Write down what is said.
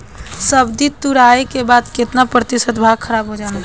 सब्जी तुराई के बाद केतना प्रतिशत भाग खराब हो जाला?